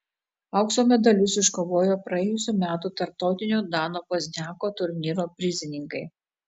aukso medalius iškovojo praėjusių metų tarptautinio dano pozniako turnyro prizininkai